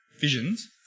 visions